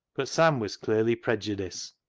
but sam was clearly pre judiced.